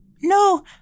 No